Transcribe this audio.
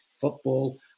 football